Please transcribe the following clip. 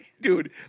Dude